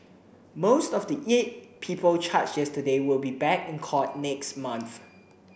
most of the eight people charged yesterday will be back in court next month